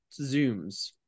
zooms